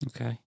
Okay